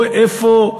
או איפה,